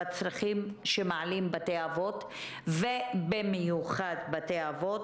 בצרכים שמעלים במיוחד בתי אבות,